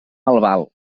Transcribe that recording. albal